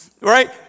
Right